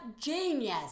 genius